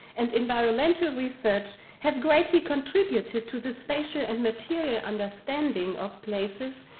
and environmental research have greatly contributed to the spatial and material understanding of places,